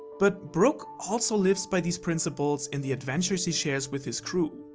but brook also lives by these principles in the adventures he shares with his crew.